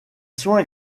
soins